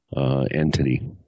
entity